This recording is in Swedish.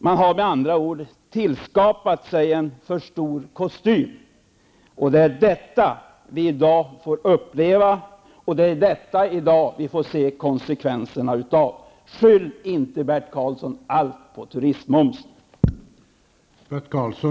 Man har med andra ord tillskapat en för stor kostym, och det är detta vi i dag får uppleva och se konsekvenserna av. Skyll inte allt på turistmomsen, Bert Karlsson!